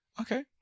Okay